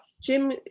Jim